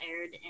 aired